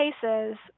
cases